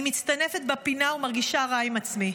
אני מצטנפת בפינה ומרגישה רע עם עצמי.